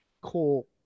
cool